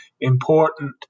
important